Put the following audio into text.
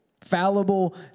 fallible